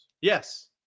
Yes